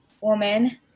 woman